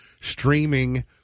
streaming